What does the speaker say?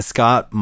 Scott